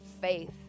faith